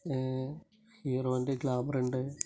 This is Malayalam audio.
ഹീറോ വണ്ടി ഗ്ലാമറുണ്ട്